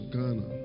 Ghana